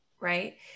right